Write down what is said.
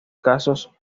casos